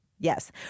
Yes